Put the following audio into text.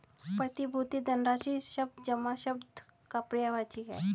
प्रतिभूति धनराशि शब्द जमा शब्द का पर्यायवाची है